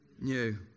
new